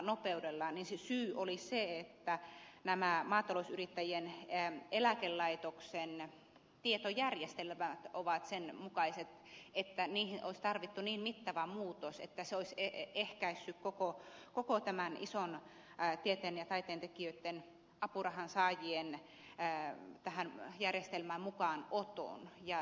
syy oli se että maatalousyrittäjien eläkelaitoksen tietojärjestelmät ovat sen mukaiset että niihin olisi tarvittu niin mittava muutos että se olisi ehkäissyt koko tämän ison tieteen ja taiteen tekijöitten apurahansaajien tähän järjestelmään mukaanoton